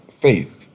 faith